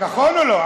נכון או לא?